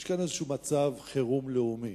יש כאן איזה מצב חירום לאומי,